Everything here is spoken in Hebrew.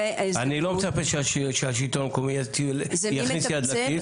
אני לא מצפה שהשלטון המקומי יכניס יד לכיס.